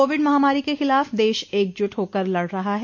Covid महामारी के खिलाफ देश एकजुट होकर लड़ रहा है